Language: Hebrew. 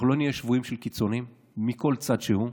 אנחנו לא נהיה שבויים של קיצונים מכל צד שהוא.